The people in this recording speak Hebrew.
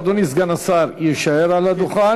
אדוני סגן השר יישאר על הדוכן,